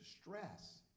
stress